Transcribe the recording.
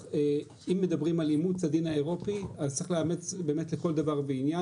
אם מדברים על אימוץ הדין האירופי אז צריך לאמץ באמת לכל דבר ועניין